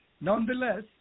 Nonetheless